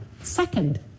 Second